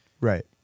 Right